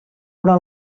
però